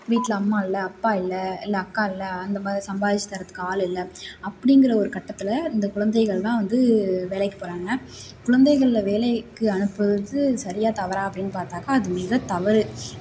வீட்டில் அம்மா இல்லை அப்பா இல்லை இல்லை அக்கா இல்லை அந்த மாதிரி சம்பாதித்து தரதுக்கு ஆள் இல்லை அப்டிங்கிற ஒரு கட்டத்தில் அந்த குழந்தைகள்லாம் வந்து வேலைக்கு போகிறாங்க குழந்தைகளை வேலைக்கு அனுப்புவது சரியா தவறா அப்படினு பார்த்தாக்கா அது மிக தவறு